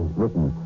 written